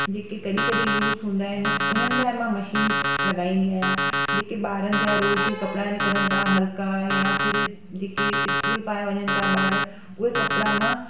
जेके कॾहिं कॾहिं यूस हूंदा आहिनि उन्हनि लाइ मां मशीन लॻाईंदी आहियां जेके ॿारनि जा रोज़ु कपिड़ा निकिरनि था हल्का यां फिर जेके स्कूल पाए वञनि था ॿार उहे कपिड़ा मां